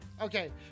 Okay